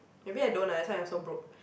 maybe I don't lah that's why I'm so broke